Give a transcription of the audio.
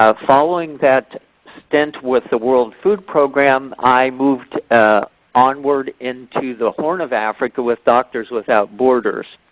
ah following that stint with the world food programme, i moved onward into the horn of africa with doctors without borders.